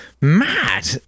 mad